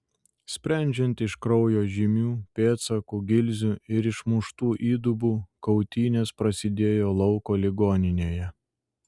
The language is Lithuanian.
sprendžiant iš kraujo žymių pėdsakų gilzių ir išmuštų įdubų kautynės prasidėjo lauko ligoninėje